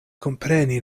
kompreni